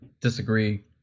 disagree